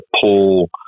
pull